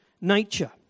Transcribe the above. nature